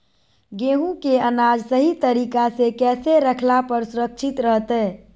गेहूं के अनाज सही तरीका से कैसे रखला पर सुरक्षित रहतय?